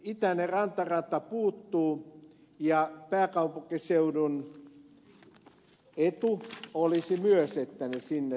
itäinen rantarata puuttuu ja pääkaupunkiseudun etu olisi myös että kiskot sinne suuntautuisivat